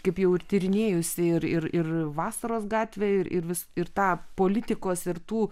kaip jau ir tyrinėjusi ir ir ir vasaros gatvę ir ir vis ir tą politikos ir tų